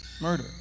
murder